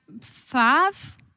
five